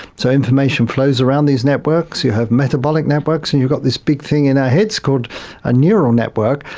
so information flows around these networks. you have metabolic networks, and you've got this big thing in our heads called a neural network.